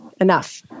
enough